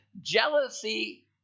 jealousy